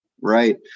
Right